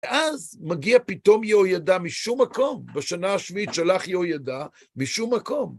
אז מגיע פתאום יהוידע משום מקום, בשנה השביעית שלח יהוידע משום מקום.